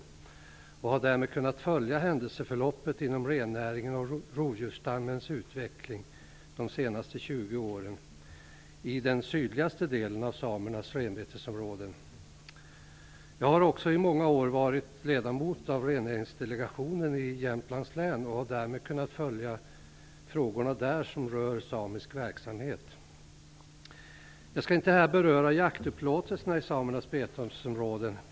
Därmed har jag kunnat följa händelseförloppet inom rennäringen och rovdjursstammens utveckling de senaste 20 åren i den sydligaste delen av samernas renbetesområden. Jag har också i många år varit ledamot av rennäringsdelegationen i Jämtlands län och har där nära kunnat följa de frågor som rör samisk verksamhet. Jag skall inte här beröra jaktupplåtelserna i samernas renbetesområden.